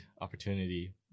opportunity